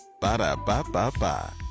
Ba-da-ba-ba-ba